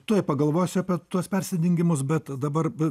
tuoj pagalvosiu apie tuos persidengimus bet dabar